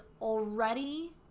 already